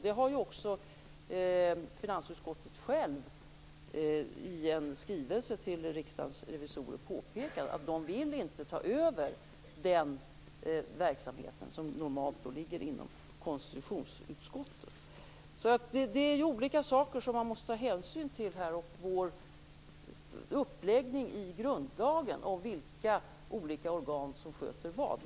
Det har också finansutskottet självt i en skrivelse till Riksdagens revisorer påpekat: Man vill inte ta över den verksamhet som normalt ligger inom konstitutionsutskottet. Man måste alltså ta hänsyn till olika saker här, t.ex. vår uppläggning i grundlagen av vilka olika organ som sköter vad.